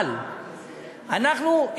אבל אנחנו,